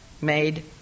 Made